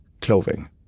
clothing